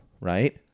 right